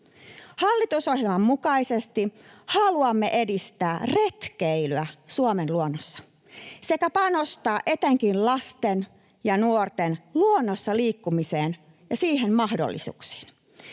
Hallitusohjelman mukaisesti haluamme edistää retkeilyä Suomen luonnossa sekä panostaa etenkin lasten ja nuorten luonnossa liikkumiseen ja mahdollisuuksia